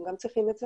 הם גם צריכים את זה,